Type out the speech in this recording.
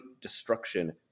destruction